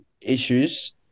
issues